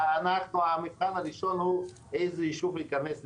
המבחן הראשון הוא איזה ישוב ייכנס לתוכנית.